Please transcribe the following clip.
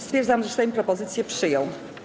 Stwierdzam, że Sejm propozycję przyjął.